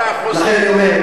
שלך?